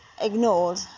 ignored